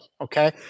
Okay